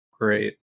great